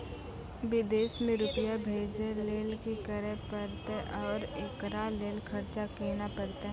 विदेश मे रुपिया भेजैय लेल कि करे परतै और एकरा लेल खर्च केना परतै?